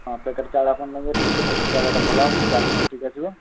ହଁ ପ୍ୟାକେଟ୍ ଚାଉଳ ଆପଣ ନେବେ ଯଦି ସେ ପ୍ୟାକେଟ୍ ଚାଉଳଟା ଭଲ ହେବ କ୍ୱାଲିଟି ଠିକ୍ ଆସିବ